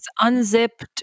unzipped